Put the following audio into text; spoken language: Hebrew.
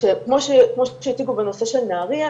אם כבר עברו בין שבע לעשר דקות,